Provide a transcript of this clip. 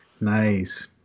Nice